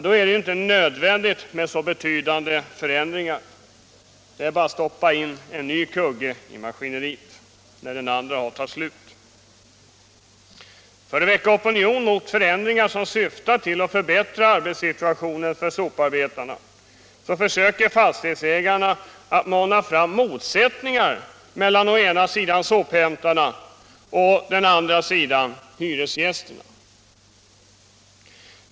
Då är det inte nödvändigt med så betydande förändringar, det är ju bara att stoppa in en ny kugge i maskineriet när någon av de gamla kuggarna har tagit slut! För att väcka opinion mot förändringar som syftar till att förbättra arbetssituationen för soparbetarna försöker fastighetsägarna mana fram motsättningar mellan å ena sidan sophämtarna och å andra sidan hyresgästerna.